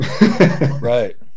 Right